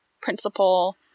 principal